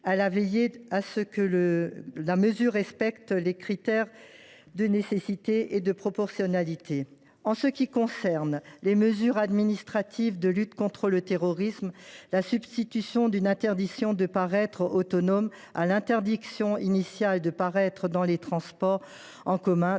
a veillé à ce que la mesure respecte les critères de nécessité et de proportionnalité. En ce qui concerne les mesures administratives de lutte contre le terrorisme, la substitution d’une interdiction de paraître autonome à l’interdiction de paraître dans les transports en commun